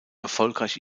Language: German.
erfolgreich